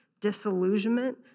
Disillusionment